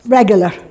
regular